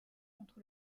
contre